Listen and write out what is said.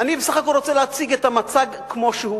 אני בסך הכול רוצה להציג את המצב כמו שהוא,